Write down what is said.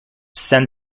saint